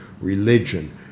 religion